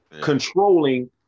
controlling